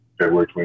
February